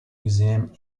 museum